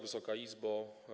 Wysoka Izbo!